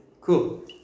cool